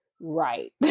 right